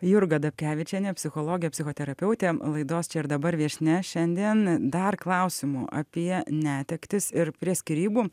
jurga dapkevičienė psichologė psichoterapeutė laidos čia ir dabar viešnia šiandien dar klausimų apie netektis ir prie skyrybų